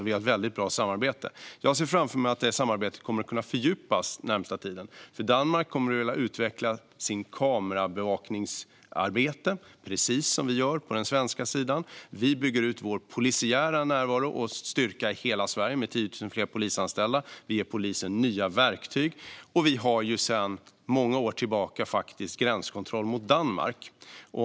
Vi har ett väldigt bra samarbete. Jag ser framför mig att det samarbetet kommer att kunna fördjupas den närmaste tiden. För Danmark kommer det att gälla att utveckla sitt kamerabevakningsarbete, precis som vi gör på den svenska sidan. Vi bygger ut vår polisiära närvaro och styrka i hela Sverige med 10 000 fler polisanställda. Vi ger polisen nya verktyg. Vi har sedan många år tillbaka gränskontroll mot Danmark.